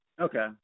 Okay